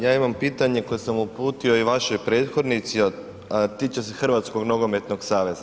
Ja imam pitanje koje sam uputio i vašoj prethodnici, a tiče se Hrvatskog nogometnog saveza.